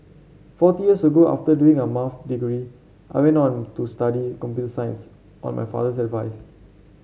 forty years ago after doing a Maths degree I went on to study computer science on my father's advice